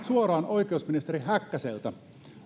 suoraan oikeusministeri häkkäseltä